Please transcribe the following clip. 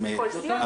כל סיעה.